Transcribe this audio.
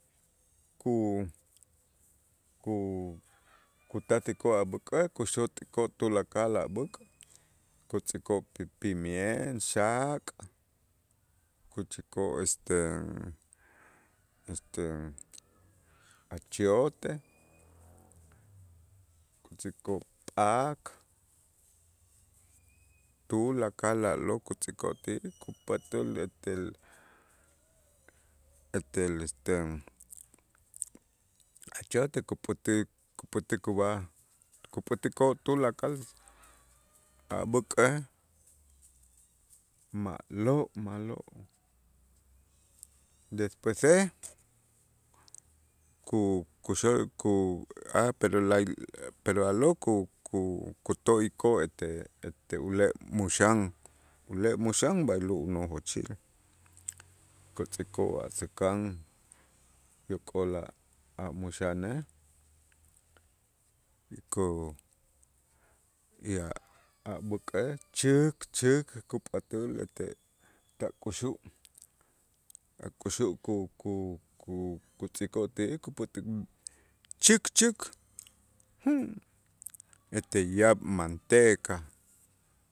ku- ku- kutasikoo' a' b'äk'ej kuxutikoo' tulakal a' b'äk', kutz'ikoo' pi- pimien xaak' kuchikoo' este este achiote, kutz'ikoo' p'ak tulakal a'lo' kutz'ikoo' ti'ij kupat'äl etel etel este achiote kupät'ik kupät'ikoo' ub'aj kupätikoo' tulakal a' b'äk'ej ma'lo' ma'lo', despuese ku- kuxo ku a pero lay pero a'lo' ku- ku- kuto'ikoo' ete ete ule' muxan, ule' muxan b'aylo' unojochil kutz'ikoo' a säkan yok'ol a'-a' muxanej ku y a'-a' b'äk'ej chäk chäk kupat'äl ete ka' kuxu' a' kuxu' ku- ku- kutz'ikoo' ti'ij kupät'ik chäk chäk ete yaab' manteca.